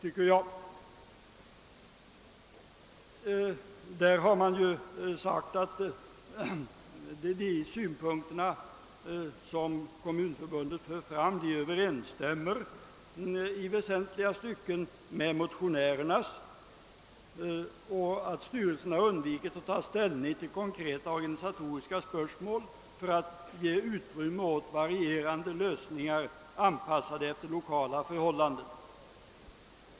I yttrandet sägs att Kommunförbundets synpunkter i väsentliga stycken överensstämmer med motionärernas och att förbundsstyrelsen har undvikit att ta ställning till konkreta organisatoriska spörsmål för att ge utrymme åt varierande lösningar anpassade efter 1okala förhållanden.